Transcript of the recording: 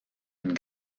une